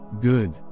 Good